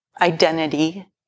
identity